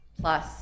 plus